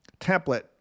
template